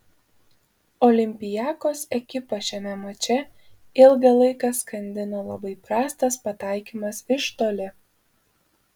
olympiakos ekipą šiame mače ilgą laiką skandino labai prastas pataikymas iš toli